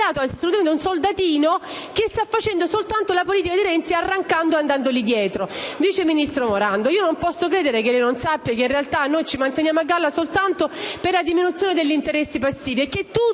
rivelato essere un soldatino, che sta facendo soltanto la politica di Renzi, arrancando e andandogli dietro. Signor vice ministro Morando, io non posso credere che lei non sappia che, in realtà, noi ci manteniamo a galla soltanto per la diminuzione degli interessi passivi